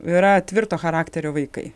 yra tvirto charakterio vaikai